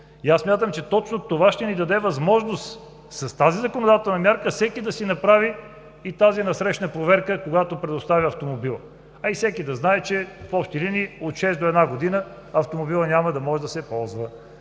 Смятам че точно това ще ни даде възможност с тази законодателна мярка всеки да си направи и тази насрещна проверка, когато предоставя автомобила, а и всеки да знае, че в общи линии от 6 месеца до една година автомобилът няма да може да се ползва.